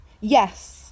Yes